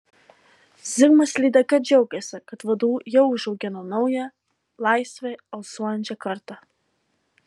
zigmas lydeka džiaugėsi kad vdu jau užaugino naują laisve alsuojančią kartą